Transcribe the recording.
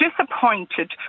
disappointed